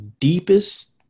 deepest